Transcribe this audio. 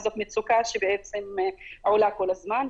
זאת מצוקה שבעצם עולה כל הזמן,